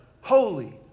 holy